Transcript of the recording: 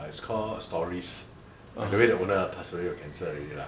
it's called stories apparently the owner ah pass away of cancer already ah